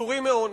פטורים מעונש,